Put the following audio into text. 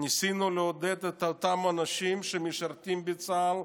ניסינו לעודד את אותם אנשים שמשרתים בצה"ל,